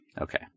Okay